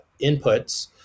inputs